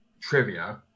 trivia